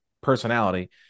personality